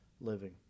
living